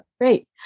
Great